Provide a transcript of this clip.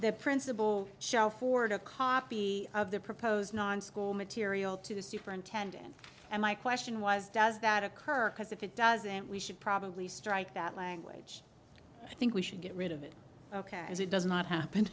the principal shall forward a copy of the proposed non school material to the superintendent and my question was does that occur because if it does and we should probably strike that language i think we should get rid of it ok as it does not happen